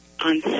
on